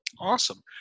Awesome